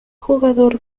jugador